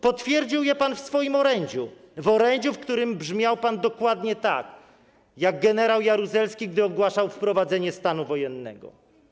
Potwierdził je pan w swoim orędziu - w orędziu, w którym brzmiał pan dokładnie tak, jak brzmiał generał Jaruzelski, gdy ogłaszał wprowadzenie stanu wojennego.